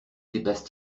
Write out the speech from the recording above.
dépasse